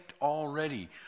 already